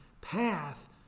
path